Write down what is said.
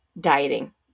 dieting